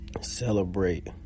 celebrate